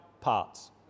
parts